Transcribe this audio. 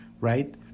Right